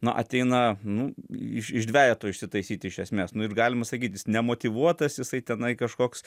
na ateina nu iš iš dvejeto išsitaisyti iš esmės nu ir galima sakyt jis nemotyvuotas jisai tenai kažkoks